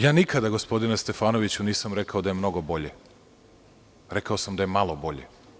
Ja nikada, gospodine Stefanoviću, nisam rekao da je mnogo bolje, rekao sam da je malo bolje.